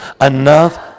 enough